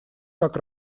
как